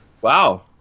Wow